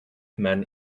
men